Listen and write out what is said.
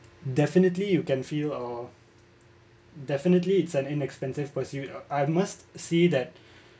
definitely you can feel uh definitely it's an inexpensive pursuit I must say that